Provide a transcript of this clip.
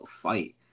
fight